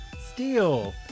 Steel